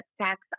tax